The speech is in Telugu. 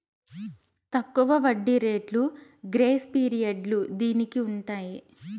తక్కువ వడ్డీ రేట్లు గ్రేస్ పీరియడ్లు దీనికి ఉంటాయి